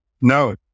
No